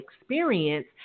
experience